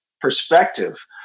perspective